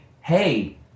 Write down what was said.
hey